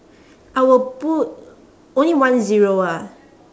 I will put only one zero ah